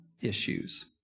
issues